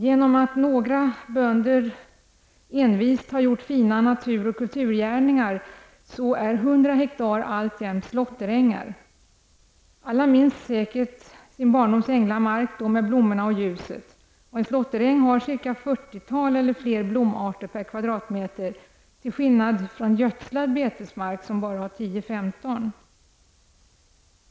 Genom att några bönder envist har gjort fina naturoch kulturgärningar så är 100 hektar alltjämt slåtterängar. Alla minns säkert sin barndoms änglamark, med blommorna och ljuset. En slåtteräng har ett fyrtiotal eller fler blomarter per kvadratmeter, till skillnad från gödslad betesmark, som bara har 10--15 arter.